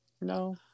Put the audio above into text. No